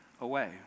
away